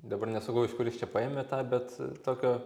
dabar nesugalvoju iš kur jis čia paėmė tą bet tokio